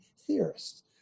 theorists